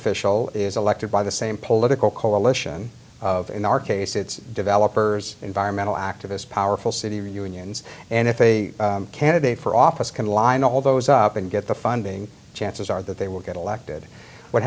official is elected by the same political coalition of in our case it's developers environmental activists powerful city unions and if a candidate for office can line all those up and get the funding chances are that they will get elected what